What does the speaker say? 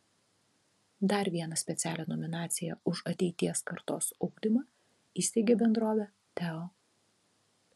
dar vieną specialią nominaciją už ateities kartos ugdymą įsteigė bendrovė teo